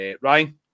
Ryan